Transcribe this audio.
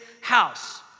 house